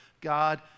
God